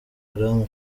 haram